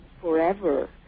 forever